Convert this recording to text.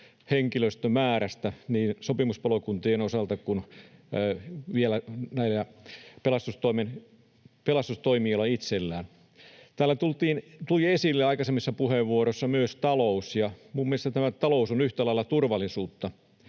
henkilöstömäärästä niin sopimuspalokuntien osalta kuin vielä näillä pelastustoimijoilla itsellään. Täällä tuli esille aikaisemmissa puheenvuoroissa myös talous, ja minun mielestäni tämä talous on yhtä lailla turvallisuutta.